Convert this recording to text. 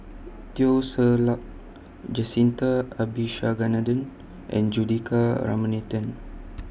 Teo Ser Luck Jacintha Abisheganaden and Juthika Ramanathan